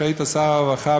שהיית שר הרווחה,